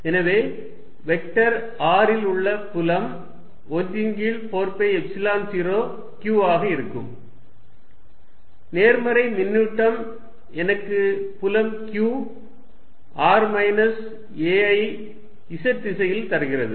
எனவே vector r இல் உள்ள புலம் 1 ன் கீழ் 4 பை எப்சிலன் 0 q ஆக இருக்கும் நேர்மறை மின்னூட்டம் எனக்கு புலம் q r மைனஸ் a ஐ z திசையில் தருகிறது